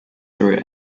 through